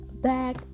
back